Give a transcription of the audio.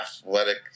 athletic